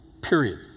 Period